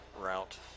route